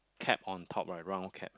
cap on top right round cap